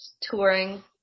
touring